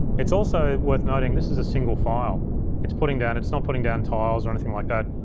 it's also worth noting, this is a single file it's putting down. it's not putting down tiles or anything like that,